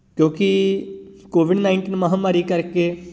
ਕਿਉਂਕਿ covid nineteen ਮਹਾਂਮਾਰੀ ਕਰਕੇ